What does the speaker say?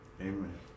Amen